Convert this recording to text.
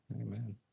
Amen